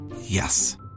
Yes